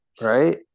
Right